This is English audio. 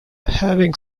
having